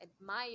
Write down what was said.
admire